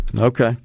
Okay